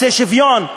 רוצה שוויון,